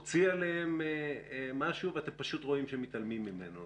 הוציא עליהן משהו ואתם פשוט רואים שמתעלמים ממנו.